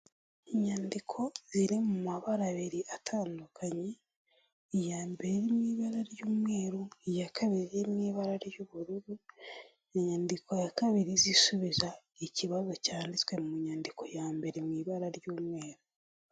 Inyandiko ziri mu mabara abiri atandukanye iya mbere mu ibara ry'umweru, iya kabiri iri mu ibara ry'ubururu. Inyandiko ya kabiri iza isubiza ikibazo cyanditswe mu nyandiko ya mbere mu ibara ry'umweru.